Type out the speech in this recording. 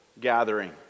gathering